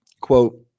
quote